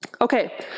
Okay